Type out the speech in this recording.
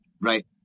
Right